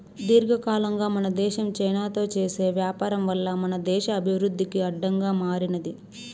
దీర్ఘకాలంగా మన దేశం చైనాతో చేసే వ్యాపారం వల్ల మన దేశ అభివృద్ధికి అడ్డంగా మారినాది